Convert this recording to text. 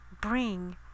bring